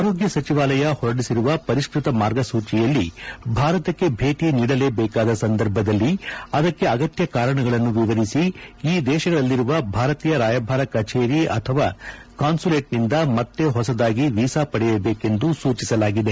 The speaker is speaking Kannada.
ಆರೋಗ್ಯ ಸಚಿವಾಲಯ ಹೊರಡಿಸಿರುವ ಪರಿಷ್ಕ ತ ಮಾರ್ಗಸೊಚಿಯಲ್ಲಿ ಭಾರತಕ್ಕೆ ಭೇಟಿ ನೀಡಲೇಬೇಕಾದ ಸಂದರ್ಭದಲ್ಲಿ ಅದಕ್ಕೆ ಅಗತ್ಯ ಕಾರಣಗಳನ್ನು ವಿವರಿಸಿ ಈ ದೇಶಗಳಲ್ಲಿರುವ ಭಾರತೀಯ ರಾಯಭಾರ ಕಚೇರಿ ಅಥವಾ ಕಾನ್ಸುಲೇಟ್ನಿಂದ ಮತ್ತೆ ಹೊಸದಾಗಿ ವೀಸಾ ಪಡೆಯಬೇಕೆಂದು ಸೂಚಿಸಲಾಗಿದೆ